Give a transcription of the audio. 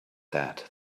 that